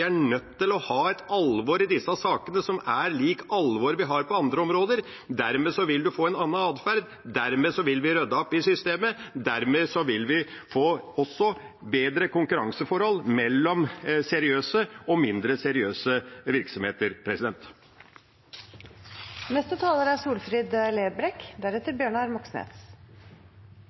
er nødt til å ha et alvor i disse sakene som er likt det alvoret vi har på andre områder. Dermed vil man få en annen atferd, dermed vil vi få ryddet opp i systemet, og dermed vil vi også få bedre konkurranseforhold mellom seriøse og mindre seriøse virksomheter.